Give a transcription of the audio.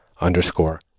underscore